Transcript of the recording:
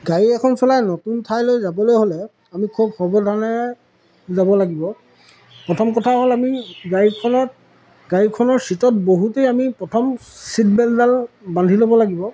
গাড়ী এখন চলাই নতুন ঠাইলৈ যাবলৈ হ'লে আমি খুব সাৱধানে যাব লাগিব প্ৰথম কথা হ'ল আমি গাড়ীখনত গাড়ীখনৰ ছিটত বহুতেই আমি প্ৰথম ছিটবেল্টডাল বান্ধি ল'ব লাগিব